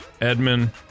Edmund